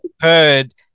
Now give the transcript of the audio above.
heard